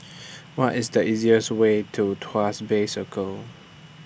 What IS The easiest Way to Tuas Bay Circle